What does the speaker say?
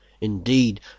Indeed